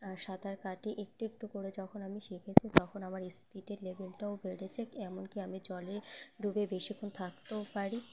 আর সাঁতার কাটি একটু একটু করে যখন আমি শিখেছি তখন আমার স্পিডের লেভেলটাও বেড়েছে এমনকি আমি জলে ডুবে বেশিক্ষণ থাকতেও পারি